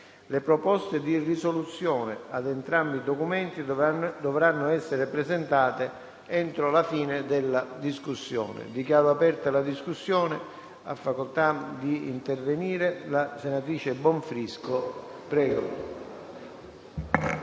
Le proposte di risoluzione ad entrambi i documenti dovranno essere presentate entro la fine della discussione. Dichiaro aperta la discussione. È iscritta a parlare la senatrice Bonfrisco. Ne